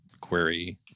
query